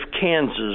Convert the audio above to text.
Kansas